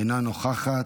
אינה נוכחת,